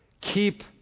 keep